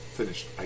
finished